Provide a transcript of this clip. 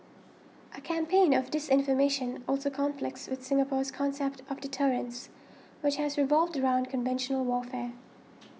a campaign of disinformation also conflicts with Singapore's concept of deterrence which has revolved around conventional warfare